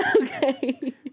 Okay